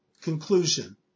Conclusion